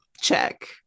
check